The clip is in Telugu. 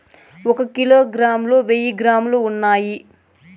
ఒక కిలోగ్రామ్ లో వెయ్యి గ్రాములు ఉన్నాయి